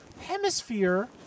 hemisphere